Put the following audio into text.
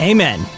Amen